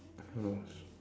hellos